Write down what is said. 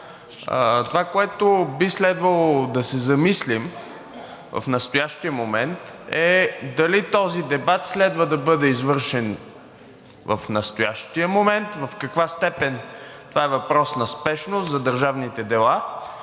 върху което би следвало да се замислим в настоящия момент, е дали този дебат следва да бъде извършен в настоящия момент. В каква степен това е въпрос на спешност за държавните дела